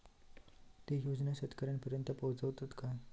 ते योजना शेतकऱ्यानपर्यंत पोचतत काय?